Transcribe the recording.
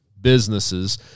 businesses